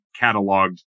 cataloged